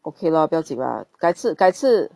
okay lor 不用紧啦改次改次